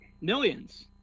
Millions